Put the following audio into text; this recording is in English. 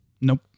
Nope